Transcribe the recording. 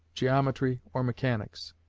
geometry, or mechanics.